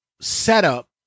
setup